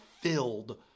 filled